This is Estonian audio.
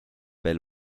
veel